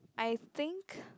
I think